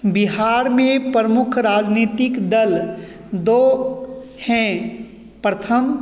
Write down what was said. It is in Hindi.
बिहार में प्रमुख राजनीतिक दल दो हैं प्रथम